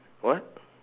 what